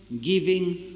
giving